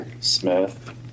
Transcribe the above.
Smith